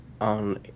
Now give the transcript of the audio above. on